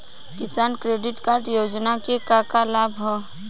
किसान credit card योजना के का का लाभ ह?